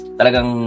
talagang